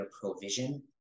provision